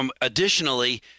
additionally